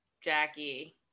Jackie